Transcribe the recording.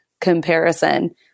comparison